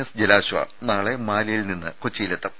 S Jalashwa നാളെ മാലിയിൽ നിന്ന് കൊച്ചിയിലെത്തും